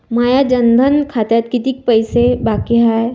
माया जनधन खात्यात कितीक पैसे बाकी हाय?